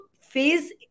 phase